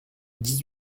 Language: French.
dix